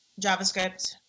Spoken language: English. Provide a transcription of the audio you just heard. JavaScript